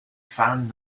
found